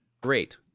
Great